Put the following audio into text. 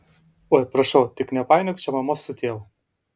oi prašau tik nepainiok čia mamos su tėvu